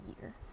year